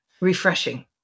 refreshing